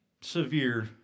severe